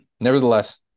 Nevertheless